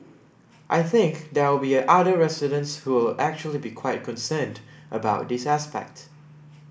I think there will be other residents who will actually be quite concerned about this aspect